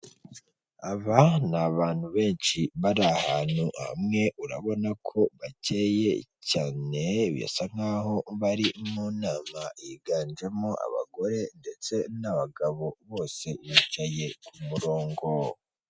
Ibikorwaremezo ni kimwe mu bigize igihugu cyacu cy'u Rwanda hakaba harimo amazu, amapoto y'amashanyarazi, imihanda minini kandi myiza, akaba ari n'imihanda isukuye, akaba ari n'umujyi urangwamo isuku, akaba ari umujyi w'igihugu cyacu akaba ari umujyi wa Kigali.